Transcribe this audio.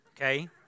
okay